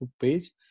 page